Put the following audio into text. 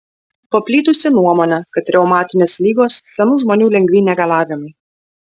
paplitusi nuomonė kad reumatinės ligos senų žmonių lengvi negalavimai